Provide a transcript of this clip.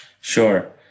Sure